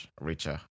richer